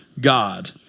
God